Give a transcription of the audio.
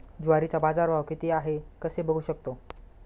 ज्वारीचा बाजारभाव किती आहे कसे बघू शकतो?